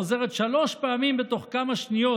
חוזרת שלוש פעמים בתוך כמה שניות